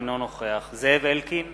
אינו נוכח זאב אלקין,